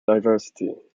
diversity